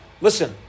listen